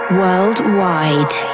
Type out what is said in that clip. worldwide